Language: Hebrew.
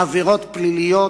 עבירות פליליות,